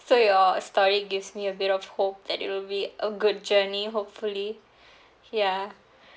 so your story gives me a bit of hope that it'll will be a good journey hopefully ya